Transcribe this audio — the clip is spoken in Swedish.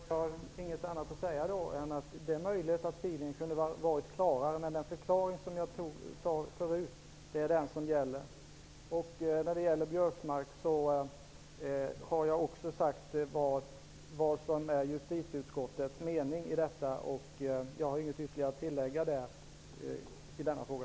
Fru talman! Till Wiggo Komstedt har jag inget annat att säga än att det är möjligt att skrivningen kunde ha varit klarare. Den förklaring jag gjorde förut är den som gäller. När det gäller Karl-Göran Biörsmarks förslag har jag sagt vad som är utskottets mening. Jag har inget ytterligare att tillägga i denna fråga.